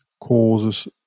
causes